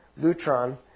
lutron